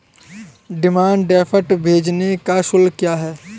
Demand draft भेजने का शुल्क क्या है?